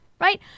right